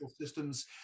systems